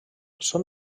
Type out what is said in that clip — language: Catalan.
són